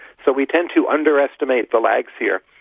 so we tend to underestimate the lags here,